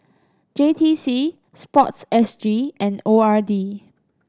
J T C SPORTSG and O R D